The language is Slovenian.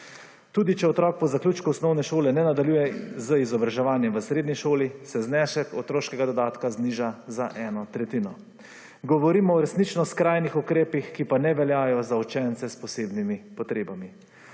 Tudi, če otrok po zaključku osnovne šole ne nadaljuje z izobraževanjem v srednji šoli se znesek otroškega dodatka zniža za eno tretjino. Govorimo o resnično skrajnih ukrepih, ki pa ne veljajo za učence s posebnimi potrebami.